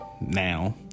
now